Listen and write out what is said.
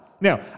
Now